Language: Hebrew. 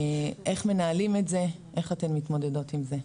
איך מנהלים את זה, איך אתן מתמודדות עם זה.